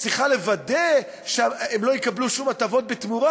צריכה לוודא שהם לא יקבלו שום הטבות בתמורה,